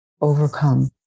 overcome